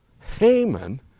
Haman